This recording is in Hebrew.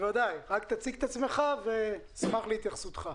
תציג את עצמך ונשמח להתייחסותך.